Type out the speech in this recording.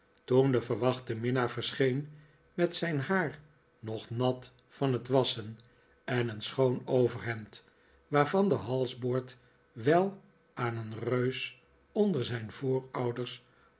toen de verwachte minnaar verscheen met zijn haar nog nat van het wasschen en een schoon overhemd waarvan het halsboord wel aan een reus onder zijn voorouders